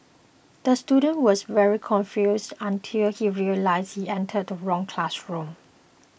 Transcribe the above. the student was very confused until he realised he entered the wrong classroom